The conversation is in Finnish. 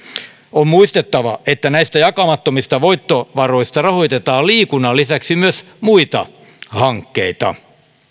on muistettava että näistä jakamattomista voittovaroista rahoitetaan liikunnan lisäksi myös muita hankkeita